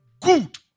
Good